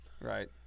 Right